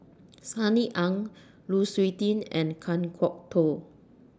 Sunny Ang Lu Suitin and Kan Kwok Toh